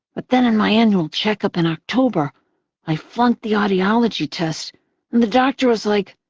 but then in my annual checkup in october i flunked the audiology test and the doctor was like,